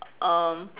err